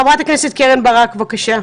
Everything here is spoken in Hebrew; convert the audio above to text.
חברת הכנסת קרן ברק, בבקשה.